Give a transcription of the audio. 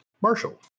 Marshall